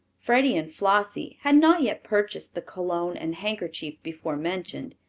freddie and flossie had not yet purchased the cologne and handkerchief before mentioned,